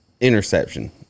interception